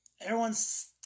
everyone's